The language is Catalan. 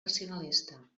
racionalista